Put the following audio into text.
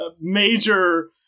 major